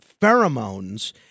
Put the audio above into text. pheromones